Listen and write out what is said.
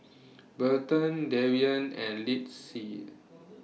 Burton Darrien and Lyndsey